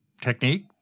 technique